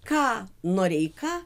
ką noreika